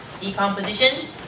decomposition